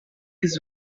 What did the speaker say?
his